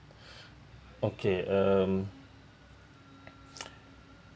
okay um